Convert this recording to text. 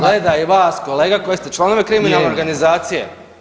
Gleda i vas kolega koji ste članovi kriminalne organizacije.